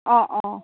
অঁ অঁ